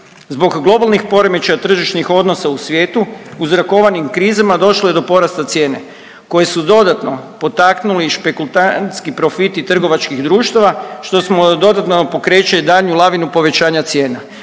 Zbog globalnih poremećaja tržišnih odnosa u svijetu uzrokovanim krizama, došlo je do porasta cijene koje su dodatno potaknuli i špekultantski profiti trgovačkih društava, što smo dodatno pokreće daljnju lavinu povećanja cijena.